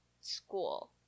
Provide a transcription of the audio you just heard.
school